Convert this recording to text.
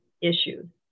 issues